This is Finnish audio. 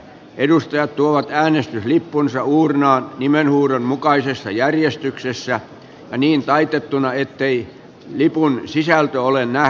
edustajat tuovat äänestyslippunsa uurnaan nimenhuudon mukaisessa järjestyksessä ja niin taitettuna ettei lipun sisältö ole näkyvissä